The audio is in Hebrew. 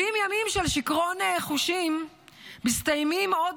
70 ימים של שיכרון חושים מסתיימים עוד